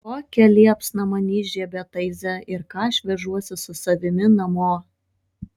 kokią liepsną man įžiebė taize ir ką aš vežuosi su savimi namo